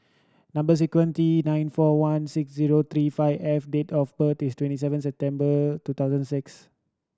number sequence T nine four one six zero three five F date of birth is twenty seven September two thousand and six